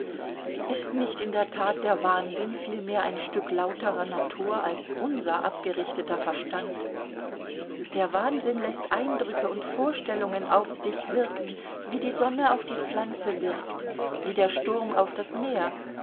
ist nicht in der tat der wahnsinn viel mehr ein stück lauterer natur als unser abgerichteter verstand der wahnsinn läßt eindrücke und vorstellungen auf sich wirken wie die sonne auf die pflanze wirkt wie der sturm auf das meer